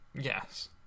Yes